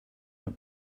not